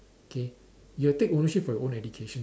K you have to take ownership for your own education